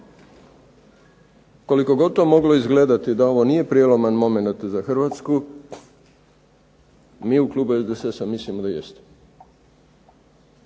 koliko god to moglo izgledati da ovo nije prijeloman momenat za Hrvatsku, mi u klubu SDSS-a mislimo da jest.